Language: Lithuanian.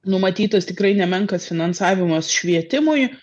numatytas tikrai ne menkas finansavimas švietimui